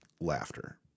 laughter